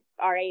RA